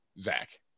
Zach